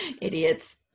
Idiots